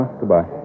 Goodbye